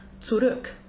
Zurück